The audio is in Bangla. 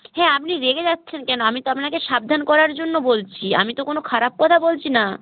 হ্যাঁ আপনি রেগে যাচ্ছেন কেন আমি তো আপনাকে সাবধান করার জন্য বলছি আমি তো কোনও খারাপ কথা বলছি না